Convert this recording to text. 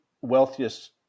wealthiest